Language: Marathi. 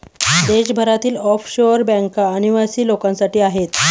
देशभरातील ऑफशोअर बँका अनिवासी लोकांसाठी आहेत